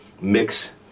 mix